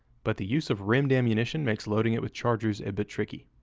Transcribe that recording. but the use of rimmed ammunition makes loading it with chargers a bit tricky.